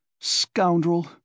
Scoundrel